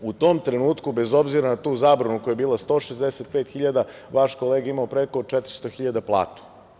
U tom trenutku, bez obzira na zabranu koja je bila 165.000 vaš kolega je imao preko 400.000 platu.